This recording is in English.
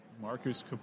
Marcus